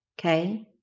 Okay